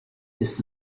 ist